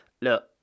look